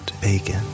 bacon